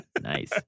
Nice